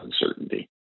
uncertainty